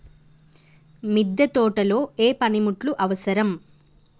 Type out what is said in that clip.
మిద్దె తోటలో ఏ పనిముట్లు అవసరం?